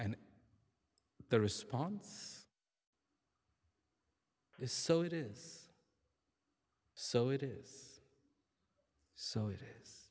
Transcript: and the response is so it is so it is so it is